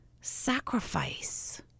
sacrifice